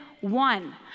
one